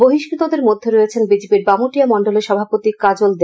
বহিষ্কৃতদের মধ্যে রয়েছেন বিজেপির বামুটিয়া মন্ডলের সভাপতি কাজল দে